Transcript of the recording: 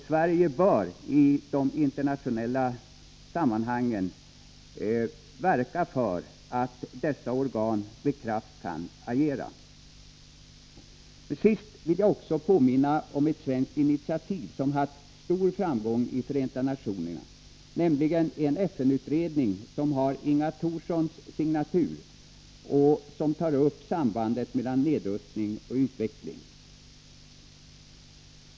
Sverige bör i de internationella sammanhangen verka för att dessa organ med kraft kan agera. Sist vill jag påminna om ett svenskt initiativ som har haft stor framgång i Förenta nationerna, nämligen den FN-utredning som har Inga Thorssons signatur och som tar upp sambandet mellan nedrustning och utveckling.